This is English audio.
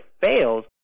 fails